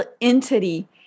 entity